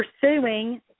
pursuing